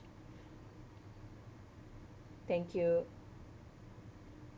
thank you